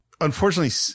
Unfortunately